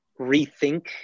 rethink